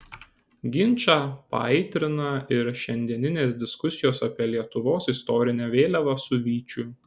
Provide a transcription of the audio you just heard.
ginčą paaitrina ir šiandieninės diskusijos apie lietuvos istorinę vėliavą su vyčiu